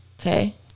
Okay